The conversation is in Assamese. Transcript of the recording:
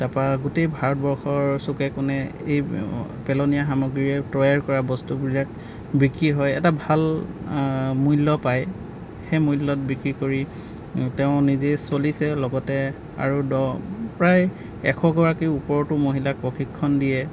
তাৰ পৰা গোটেই ভাৰতবৰ্ষৰ চুকে কোণে এই পেলনীয়া সামগ্ৰীৰে তৈয়াৰ কৰা বস্তুবিলাক বিক্ৰী হয় এটা ভাল মূল্য় পায় সেই মূল্য়ত বিক্ৰী কৰি তেওঁ নিজে চলিছে লগতে আৰু দহ প্ৰায় এশ গৰাকী ওপৰতো মহিলাক প্ৰশিক্ষণ দিয়ে